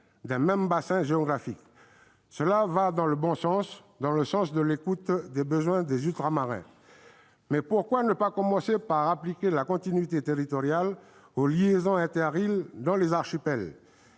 d'un même bassin géographique. Cela va dans le bon sens, celui de l'écoute des besoins des Ultramarins. Mais pourquoi ne pas commencer par appliquer la continuité territoriale aux liaisons inter-îles dans les archipels ?